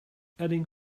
adding